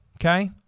Okay